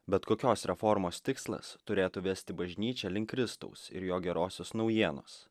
bet kokios reformos tikslas turėtų vesti bažnyčią link kristaus ir jo gerosios naujienos